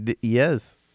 Yes